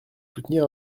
soutenir